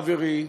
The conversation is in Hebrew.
חברי,